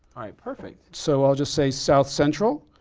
perfect. so i'll just say south central.